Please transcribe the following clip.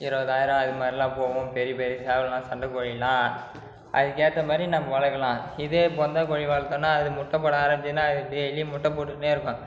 இருபதாயிரம் அது மாதிரிலாம் போகும் பெரிய பெரிய சேவல்லாம் சண்ட கோழியெலாம் அதுக்கு ஏற்ற மாதிரி நம்ம வளர்க்கலாம் இதே போந்தா கோழி வளர்த்தோன்னா அது முட்டை போடா ஆரமிச்சுதுன்னா டெய்லியும் முட்டை போட்டுன்னே இருக்கும்